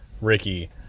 Ricky